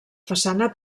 façana